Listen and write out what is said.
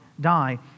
die